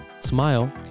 smile